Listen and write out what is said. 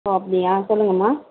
ஓ அப்படியா சொல்லுங்கள்மா